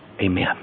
Amen